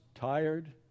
tired